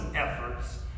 efforts